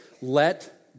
let